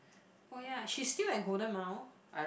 oh ya she's still at Golden Mile